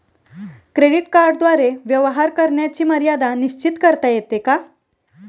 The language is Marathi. क्रेडिट कार्डद्वारे व्यवहार करण्याची मर्यादा निश्चित करता येते का?